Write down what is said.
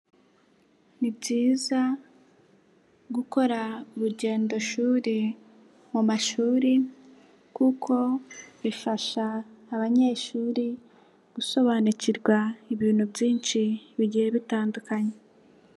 Ni byiza gukora urugendoshuri mu mashuri kuko bifasha abanyeshuri gusobanukirwa ibintu byinshi bigiye bitandukanye.